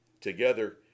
Together